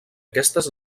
aquestes